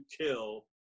kill